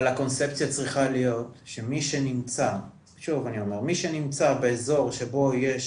אבל הקונספציה צריכה להיות שמי שנמצא באזור שבו יש